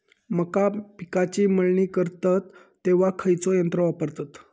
मका पिकाची मळणी करतत तेव्हा खैयचो यंत्र वापरतत?